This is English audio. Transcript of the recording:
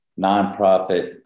nonprofit